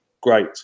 great